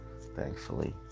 Thankfully